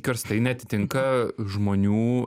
karstai neatitinka žmonių